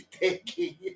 taking